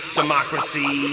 democracy